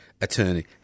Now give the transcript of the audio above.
attorney